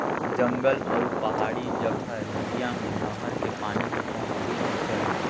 जंगल अउ पहाड़ी जघा नदिया मे नहर के पानी तो पहुंचबे नइ करय